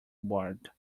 ward